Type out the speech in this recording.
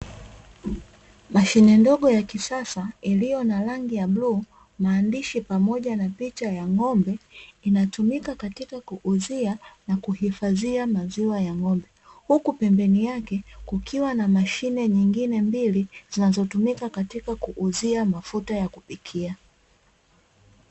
Mashine ndogo ya kisasa iliyo na rangi ya bluu, maandishi pamoja na picha ya ng'ombe inatumika katika kuuzia na kuhifadhia maziwa ya ng'ombe huku pembeni yake kukiwa na mashine nyingine mbili zinazotumika katika kuuzia mafuta ya kupikia.